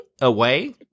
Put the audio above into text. away